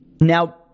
Now